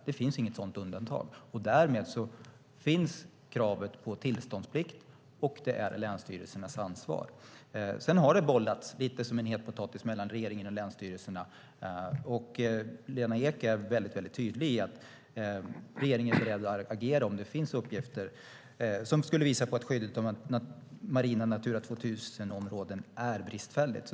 Det finns inget sådant undantag, och därmed finns kravet på tillståndsplikt, vilket är länsstyrelsernas ansvar. Det har bollats lite som en het potatis mellan regeringen och länsstyrelserna, och Lena Ek är väldigt tydlig med att regeringen är beredd att agera om det finns uppgifter som skulle visa på att skyddet av marina Natura 2000-områden är bristfälligt.